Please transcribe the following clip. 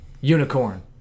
Unicorn